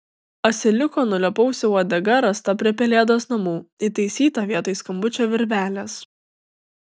asiliuko nulėpausio uodega rasta prie pelėdos namų įtaisyta vietoj skambučio virvelės